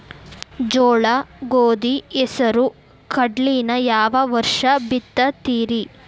ಜೋಳ, ಗೋಧಿ, ಹೆಸರು, ಕಡ್ಲಿನ ಯಾವ ವರ್ಷ ಬಿತ್ತತಿರಿ?